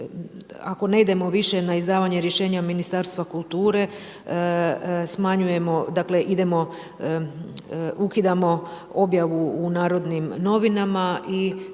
ako ne idemo više na izdavanje rješenja od Ministarstva kulture smanjujemo, dakle idemo, ukidamo objavu u narodnim novinama